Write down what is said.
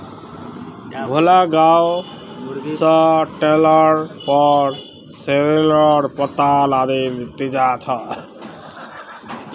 भोला गांव स ट्रैक्टरेर पर सॉरेलेर पत्ता लादे लेजा छ